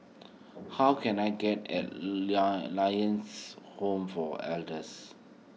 how can I get Lions Home for Elders